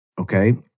Okay